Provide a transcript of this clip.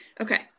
Okay